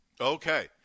Okay